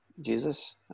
Jesus